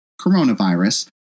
coronavirus